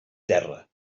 terra